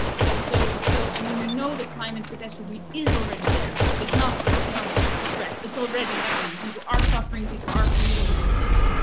so so so i mean, we know the climate catastrophe is already there, it's not something abstract. it's already happening. people are suffering, people are fleeing because of this.